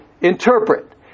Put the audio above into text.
interpret